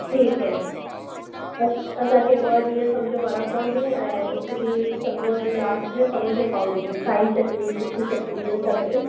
ठीक है असांखे ॿ ॾींहं सम्झो वड़ा पाव ॾियो ऐं हिकु ॾींहुं सम्झो लास्ट में समोसो पाव ॾिजो साई चटनी तीखी चटनी सां गॾु